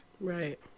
Right